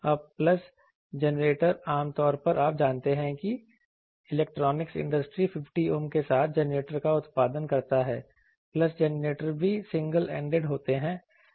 अब pulse generator आम तौर पर आप जानते हैं कि इलेक्ट्रॉनिक्स इंडस्ट्री 50 Ohm के साथ जनरेटर का उत्पादन करता है पल्स जनरेटर भी सिंगल एंडेड होते हैं